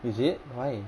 is it why